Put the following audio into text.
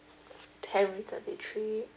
thirty three